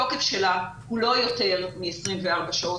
התוקף שלה הוא לא יותר מ-24 שעות.